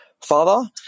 father